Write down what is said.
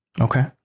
Okay